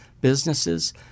businesses